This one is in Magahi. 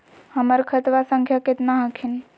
हमर खतवा संख्या केतना हखिन?